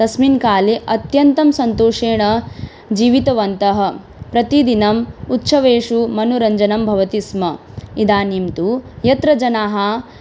तस्मिन् काले अत्यन्तं सन्तोषेण जीवितवन्तः प्रतिदिनम् उत्सवेषु मनोरञ्जनं भवति स्म इदानीं तु यत्र जनाः